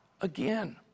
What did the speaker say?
again